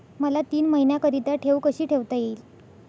मला तीन महिन्याकरिता ठेव कशी ठेवता येईल?